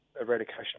eradication